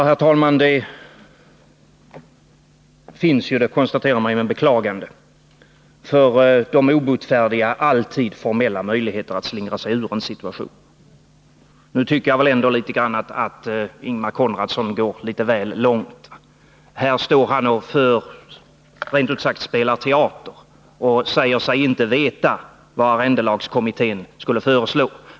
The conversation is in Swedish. Herr talman! Det finns — det konstaterar man med beklagande — för de obotfärdiga alltid formella möjligheter att slingra sig ur en situation. Men jag tycker ändå att Ingemar Konradsson går litet väl långt. Han står här och rent ut sagt spelar teater när han säger sig inte veta vad arrendelagskommittén kommer att föreslå.